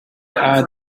add